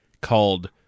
called